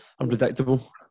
unpredictable